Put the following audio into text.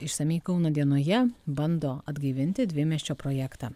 išsamiai kauno dienoje bando atgaivinti dvimiesčio projektą